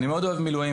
אני מאוד אוהב מילואים,